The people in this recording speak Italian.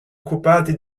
occupati